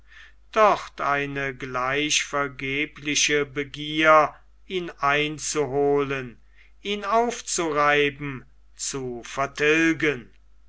dort eine gleich vergebliche begier ihn einzuholen ihn aufzureiben zu vertilgen